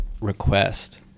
request